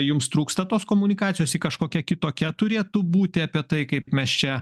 jums trūksta tos komunikacijos ji kažkokia kitokia turėtų būti apie tai kaip mes čia